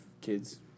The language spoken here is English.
kids